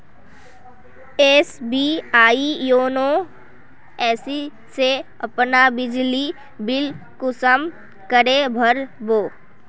SBI YONO app से अपना बिजली बिल कुंसम करे भर बो?